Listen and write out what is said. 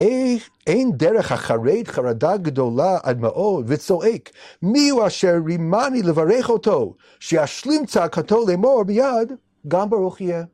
אין דרך החרד חרדה גדולה עד מאוד וצועק "מי הוא אשר רימני!" לברך אותו, שישלים צעקתו לאמר מיד: "גם ברוך יהיה!"